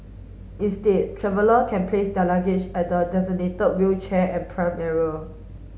instead traveller can place their luggage at the designated wheelchair and pram area